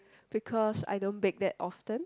because I don't bake that often